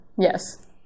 yes